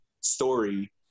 story